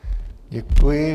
Děkuji.